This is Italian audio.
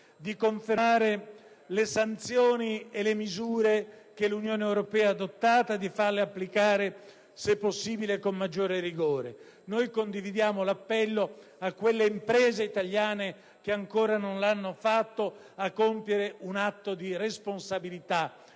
di confermare le sanzioni e le misure che l'Unione europea ha adottato e di farle applicare, se è possibile, con maggiore rigore. Noi condividiamo l'appello, rivolto alle imprese italiane che ancora non l'hanno fatto, a compiere un atto di responsabilità